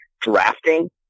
drafting